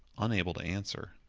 unable to answer.